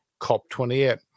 COP28